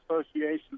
Association